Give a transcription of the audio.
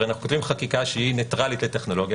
הרי אנחנו כותבים חקיקה שהיא ניטרלית לטכנולוגיה,